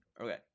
Okay